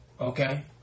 Okay